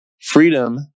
Freedom